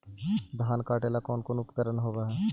धान काटेला कौन कौन उपकरण होव हइ?